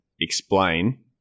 explain